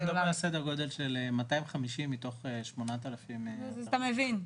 אנחנו מדברים על סדר גודל של 250 מתוך 8,000. אז אתה מבין.